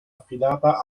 affidata